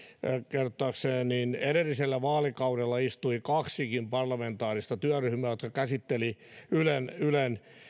kertoakseni edellisellä vaalikaudella istui kaksikin parlamentaarista työryhmää jotka käsittelivät ylen ylen